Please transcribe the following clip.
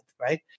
right